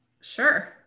sure